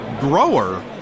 grower